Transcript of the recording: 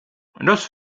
das